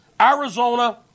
Arizona